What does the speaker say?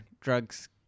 drugs